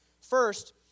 First